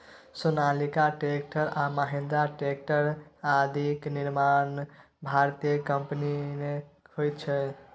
Sonalika tractor आ Mahindra tractor आदिक निर्माण भारतीय कम्पनीमे होइत छै